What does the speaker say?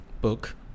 book